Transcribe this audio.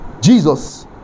Jesus